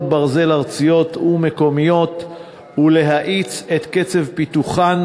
ברזל ארציות ומקומיות ולהאיץ את קצב פיתוחן,